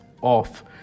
off